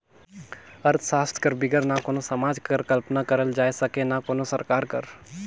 अर्थसास्त्र कर बिगर ना कोनो समाज कर कल्पना करल जाए सके ना कोनो सरकार कर